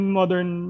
modern